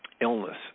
illness